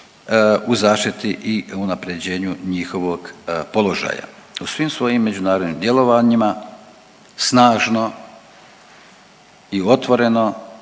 u zaštiti i unapređenju njihovog položaja. U svim svojim međunarodnim djelovanjima snažno i otvoreno